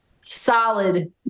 solid